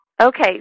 Okay